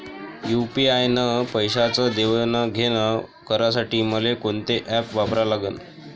UPI न पैशाचं देणंघेणं करासाठी मले कोनते ॲप वापरा लागन?